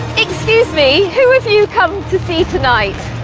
excuse me, who have you come to see tonight?